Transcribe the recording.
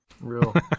Real